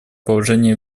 положение